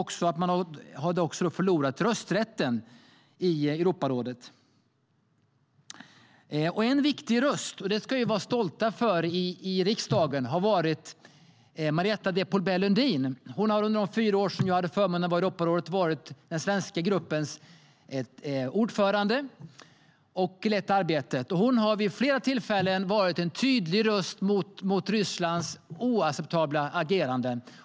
Ryssland har också förlorat rösträtten i Europarådet. En viktig röst, som vi ska vara stolta över i riksdagen, har varit Marietta de Pourbaix-Lundin. Hon har under de fyra år som jag hade förmånen att vara i Europarådet varit den svenska gruppens ordförande och har lett arbetet. Hon har vid flera tillfällen varit en tydlig röst mot Rysslands oacceptabla ageranden.